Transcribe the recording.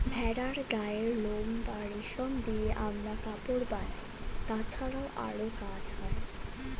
ভেড়ার গায়ের লোম বা রেশম দিয়ে আমরা কাপড় বানাই, তাছাড়াও আরো কাজ হয়